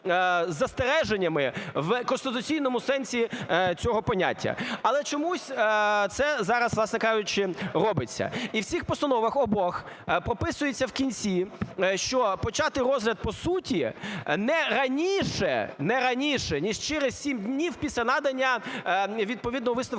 застереженнями в конституційному сенсі цього поняття, але чомусь це зараз, власне кажучи, робиться. І в цих постановах, в обох, прописується в кінці, що почати розгляд по суті не раніше, не раніше, ніж через 7 днів після надання відповідного висновку